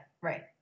Right